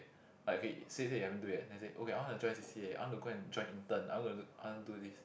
like okay say say you haven't do yet then say okay I want to join C_C_A I want to go and join intern I gonna do I want to do this